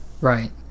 Right